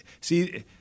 See